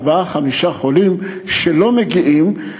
ארבעה-חמישה חולים שלא מגיעים,